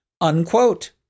unquote